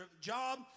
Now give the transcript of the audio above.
job